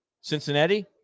Cincinnati